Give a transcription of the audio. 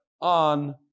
on